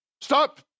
Stop